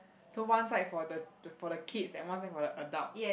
so one side for the for the kids and one side for the adults